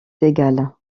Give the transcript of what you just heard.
égal